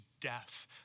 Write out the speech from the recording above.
death